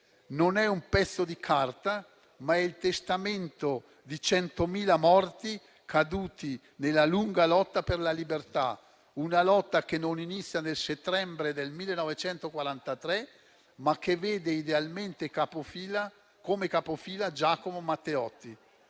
non è un pezzo di carta, ma è il testamento di 100.000 morti caduti nella lunga lotta per la libertà; una lotta che non inizia nel settembre del 1943, ma che vede idealmente come capofila Giacomo Matteotti.